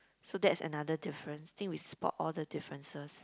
so that's another difference think we spot all the differences